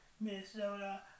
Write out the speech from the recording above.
Minnesota